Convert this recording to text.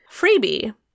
freebie